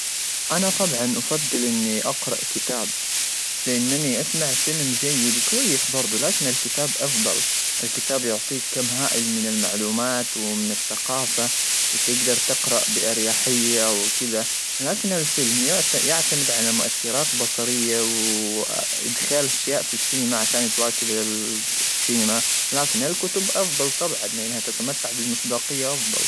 انا طبعا افضل اني اقرا كتاب لانني اسمع فيلم جيد كويس برضو ,لكن الكتاب افضل الكتاب يعطيك كم هائل من المعلومات ومن الثقافه وتقدر تقرا باريحيه وكذا, لكن الفيلم يعتمد على مؤثرات بصريه وادخال اشياء في السينما عشان تواكب السينما لكن الكتب افضل طبعا لانها تتمتع بالمصداقيه.